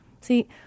See